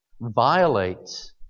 violates